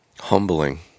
humbling